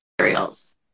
materials